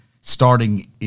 starting